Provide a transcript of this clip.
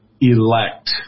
elect